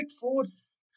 force